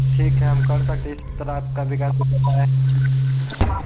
ठीक है हम कर सकते इस प्रकार का विकास होता है